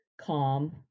calm